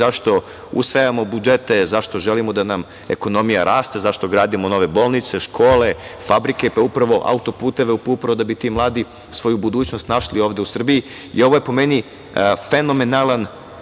zašto usvajamo budžete, zašto želimo da nam ekonomija raste, zašto gradimo nove bolnice, škole, fabrike, auto-puteve, upravo da bi ti mladi svoju budućnost našli ovde u Srbiji. Ovo je po meni fenomenalan